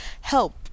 help